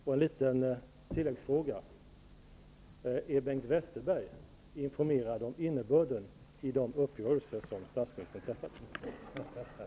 Och en liten tilläggsfråga: Är Bengt Westerberg informerad om innebörden i de uppgörelser som statsministern träffat?